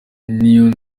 niyo